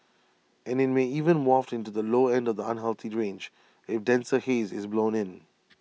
and IT may even waft into the low end of the unhealthy range if denser haze is blown in